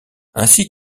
ainsi